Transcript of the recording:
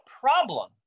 problem